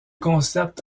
concept